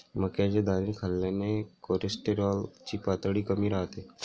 मक्याचे दाणे खाल्ल्याने कोलेस्टेरॉल ची पातळी कमी राहते